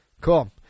Cool